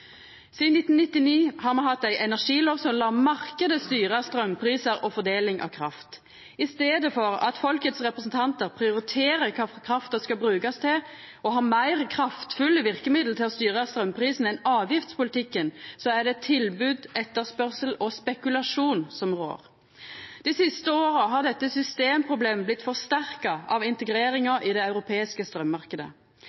Sidan 1990 har me hatt ei energilov som lèt marknaden styra straumprisar og fordeling av kraft. I staden for at folkets representantar prioriterer kva krafta skal brukast til, og har meir kraftfulle verkemiddel til å styra straumprisen enn avgiftspolitikken, er det tilbod, etterspørsel og spekulasjon som rår. Dei siste åra har dette systemproblemet blitt forsterka av